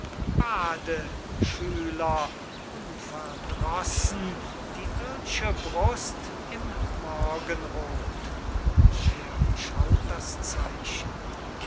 bade schüler unverdrossen die ird'sche brust im morgenroth er beschaut das zeichen